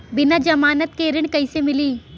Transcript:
बिना जमानत के ऋण कईसे मिली?